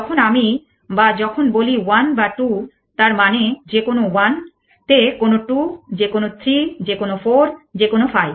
যখন আমি বা যখন বলি 1 বা 2 তার মানে যে কোনো 1 তে কোনো 2 যে কোনো 3 যে কোনো 4 যে কোনো 5